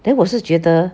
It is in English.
then 我是觉得